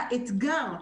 האתגר,